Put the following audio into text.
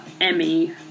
Emmy